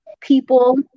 people